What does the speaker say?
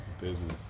business